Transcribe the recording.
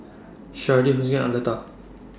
Sharday Hortencia and Arletta